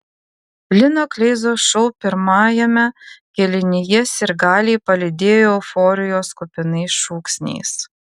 lino kleizos šou pirmajame kėlinyje sirgaliai palydėjo euforijos kupinais šūksniais